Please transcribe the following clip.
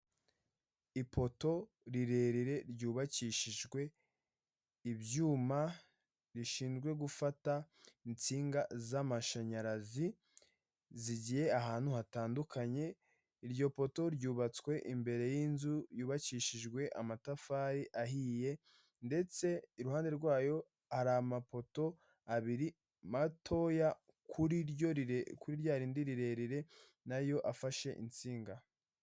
Ipoto rirerire ryubakishijwe ibyuma bishinzwe gufata insinga z'amashanyarazi, zigiye ahantu hatandukanye. Iryo poto ryubatswe imbere y'inzu yubakishijwe amatafari ahiye, ndetse iruhande rwayo hari amapoto abiri matoya kuri rya rindi rirerire, na yo afashe insinga.